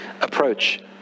approach